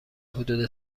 حدود